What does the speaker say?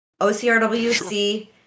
OCRWC